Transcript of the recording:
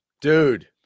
Dude